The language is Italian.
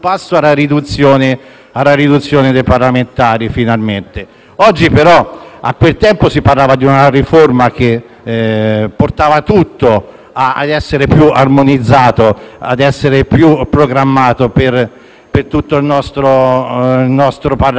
A quel tempo si parlava di una riforma che portava tutto ad essere più armonizzato e meglio programmato per il nostro Parlamento, mentre oggi si parla solo per *spot.* Purtroppo, mi dispiace dirlo,